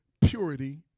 purity